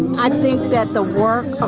i think that the work